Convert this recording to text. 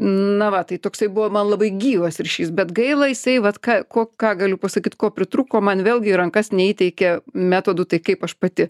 na va tai toksai buvo man labai gyvas ryšys bet gaila jisai vat ką ko ką galiu pasakyt ko pritrūko man vėlgi į rankas neįteikė metodų tai kaip aš pati